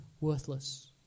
worthless